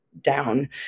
down